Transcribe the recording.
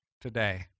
today